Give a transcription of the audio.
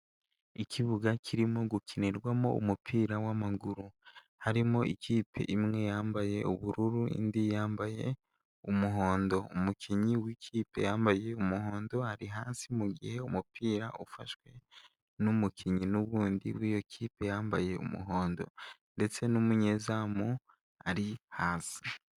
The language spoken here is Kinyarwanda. Ikibuga kirimo gukinirwamo umupira w'amaguru, harimo ikipe imwe yambaye ubururu, indi yambaye umuhondo. Umukinnyi w'ikipe yambaye umuhondo ari hasi mu gihe umupira ufashwe n'umukinnyi n'ubundi w'iyo kipe yambaye umuhondo ndetse n'umunyezamu ari hasi.